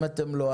אם אתם לא,